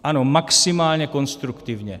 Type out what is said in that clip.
Ano, maximálně konstruktivně.